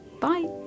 Bye